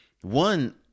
One